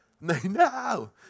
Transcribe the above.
No